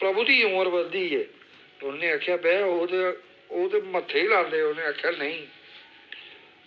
प्रभु दी उमर बधदी ऐ ते उ'नें आखेआ बे ओह् ते ओह् ते मत्थै गी लांदे उ'नें आखेआ नेईं